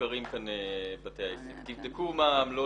כספיים ייפתחו עקב